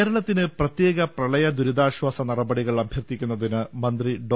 കേരളത്തിന് പ്രത്യേക പ്രളയ ദുരിതാശ്വാസ നടപടികൾ അഭ്യർഥിക്കുന്ന തിന് മന്ത്രി ഡോ